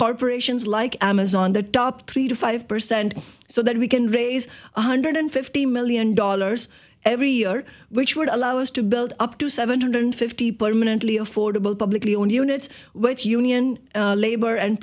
corporations like amazon top three to five percent so that we can raise one hundred fifty million dollars every year which would allow us to build up to seven hundred fifty permanently affordable publicly owned units with union labor and